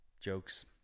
jokes